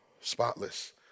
spotless